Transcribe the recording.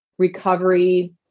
Recovery